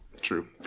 True